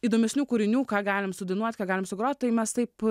įdomesnių kūrinių ką galim sudainuot ką galim sugrot tai mes taip